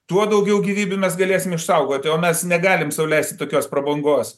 tuo daugiau gyvybių mes galėsim išsaugoti o mes negalim sau leisti tokios prabangos